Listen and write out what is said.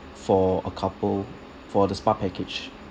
for a couple for the spa package